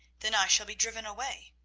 then i shall be driven away.